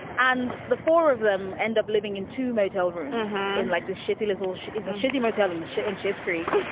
and the four of them end up living in two motel rooms in like this shitty little show is a shitty motel in the shit and shit's creek.